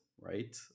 right